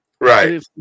Right